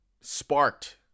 sparked